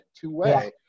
two-way